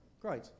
Great